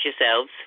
yourselves